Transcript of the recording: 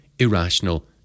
irrational